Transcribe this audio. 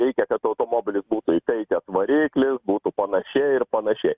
reikia kad automobilis būtų įkaitęs variklis būtų panašiai ir panašiai